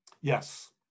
Yes